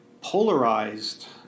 polarized